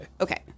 Okay